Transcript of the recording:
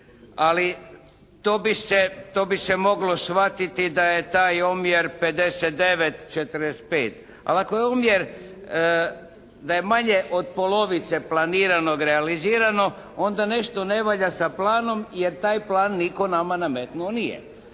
Ali, to bi se moglo shvatiti da je taj omjer 59:45. Ali, ako je omjer da je manje od polovice planiranog realizirano onda nešto ne valja sa planom jer taj plan nitko nama nametnuo nije.